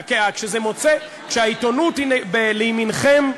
כשהעיתונות היא לימינכם,